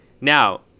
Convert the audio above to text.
Now